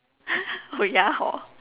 oh ya hor